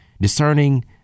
discerning